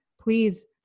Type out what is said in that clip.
please